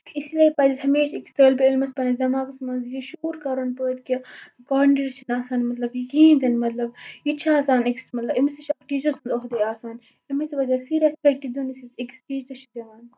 اسلیے پَزِ ہمیشہِ أکِس طٲلبہٕ علمَس پنٛنِس دٮ۪ماغَس منٛز یہِ شُعور کَرُن پٲدٕ کہِ کاڈِنیٹر چھِنہٕ آسان مطلب یہِ کِہیٖنۍ تہِ نہٕ مطلب یہِ تہِ آسان أکِس مطلب أمِس تہِ چھُ أکِس ٹیٖچَر سُنٛد عہُدے آسان أمِس تہِ پَزِ اَسہِ سُے رٮ۪سپٮ۪کٹ دیُن یُس أسۍ أکِس ٹیٖچَرس چھِ دِوان